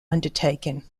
undertaken